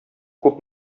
күп